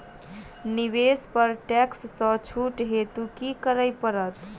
निवेश पर टैक्स सँ छुट हेतु की करै पड़त?